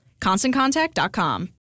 ConstantContact.com